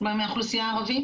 מהאוכלוסייה הערבית.